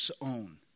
own